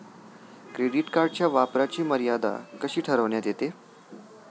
Credit कार्डच्या वापराची मर्यादा कशी ठरविण्यात येते?